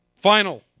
Final